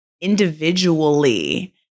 individually